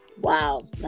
Wow